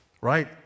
right